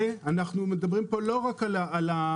ואנחנו מדברים פה לא רק על המשקל,